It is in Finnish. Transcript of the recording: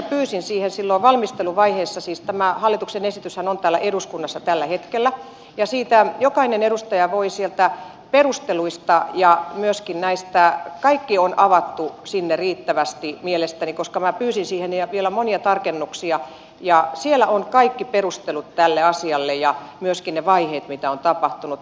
pyysin siihen silloin valmisteluvaiheessa siis tämä hallituksen esityshän on täällä eduskunnassa tällä hetkellä ja jokainen edustaja voi sieltä perusteluista asian katsoa kaikki on avattu sinne riittävästi mielestäni vielä monia tarkennuksia ja siellä on kaikki perustelut tälle asialle ja myöskin ne vaiheet mitä on tapahtunut